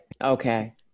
Okay